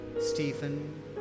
stephen